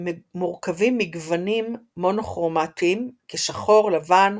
מורכבים מגוונים מונוכרומטיים כשחור, לבן,